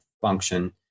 function